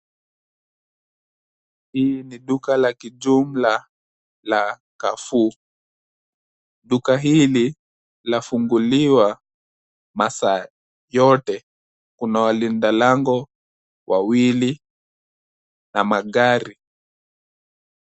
Hii ni duka la kijumla la Carrefour, duka hili lafunguliwa masaa yote. Kuna walinda lango wawili na magari.